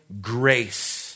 grace